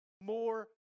more